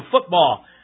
football